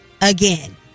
again